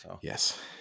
Yes